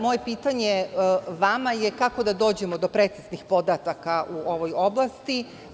Moje pitanje vama je - kako da dođemo do preciznih podataka u ovoj oblasti?